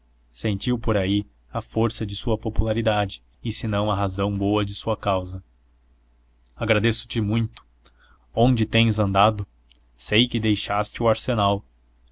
sentiu por aí a força de sua popularidade e senão a razão boa de sua causa agradeço te muito onde tens andado sei que deixaste o arsenal